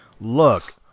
look